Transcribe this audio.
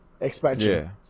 expansion